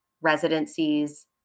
residencies